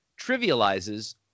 trivializes